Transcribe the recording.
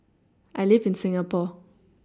I live in Singapore